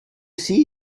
see